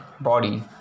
body